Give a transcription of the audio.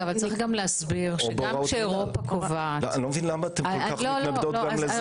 יש גם להסביר- -- למה אתן כל כך מתנגדות גם לזה?